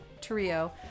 trio